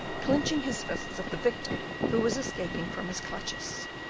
clinching his fists at the victim who was escaping from his clutches,